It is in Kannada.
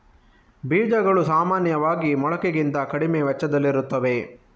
ಬೀಜಗಳು ಸಾಮಾನ್ಯವಾಗಿ ಮೊಳಕೆಗಿಂತ ಕಡಿಮೆ ವೆಚ್ಚದಲ್ಲಿರುತ್ತವೆ